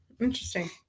Interesting